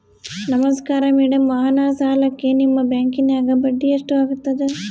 ನಮಸ್ಕಾರ ಮೇಡಂ ವಾಹನ ಸಾಲಕ್ಕೆ ನಿಮ್ಮ ಬ್ಯಾಂಕಿನ್ಯಾಗ ಬಡ್ಡಿ ಎಷ್ಟು ಆಗ್ತದ?